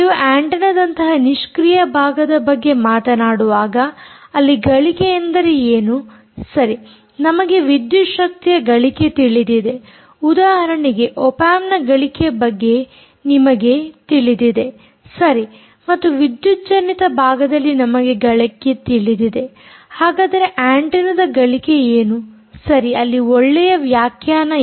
ನೀವು ಆಂಟೆನ್ನದಂತಹ ನಿಷ್ಕ್ರಿಯ ಭಾಗದ ಬಗ್ಗೆ ಮಾತನಾಡುವಾಗ ಅಲ್ಲಿ ಗಳಿಕೆ ಎಂದರೆ ಏನು ಸರಿ ನಮಗೆ ವಿದ್ಯುತ್ ಶಕ್ತಿಯ ಗಳಿಕೆ ತಿಳಿದಿದೆ ಉದಾಹರಣೆಗೆ ಒಪಾಂಪ್ನ ಗಳಿಕೆ ಬಗ್ಗೆ ನಿಮಗೆ ತಿಳಿದಿದೆ ಸರಿ ಮತ್ತು ವಿದ್ಯುಜ್ಜನಿತ ಭಾಗದಲ್ಲಿ ನಮಗೆ ಗಳಿಕೆ ತಿಳಿದಿದೆ ಹಾಗಾದರೆ ಆಂಟೆನ್ನದ ಗಳಿಕೆ ಏನು ಸರಿ ಅಲ್ಲಿ ಒಳ್ಳೆಯ ವ್ಯಾಖ್ಯಾನ ಇದೆ